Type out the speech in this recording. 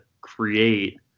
create